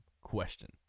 question